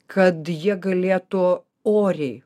kad jie galėtų oriai